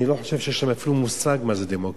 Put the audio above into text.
אבל אני לא חושב שיש להם אפילו מושג מה זה דמוקרטיה.